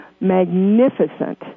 magnificent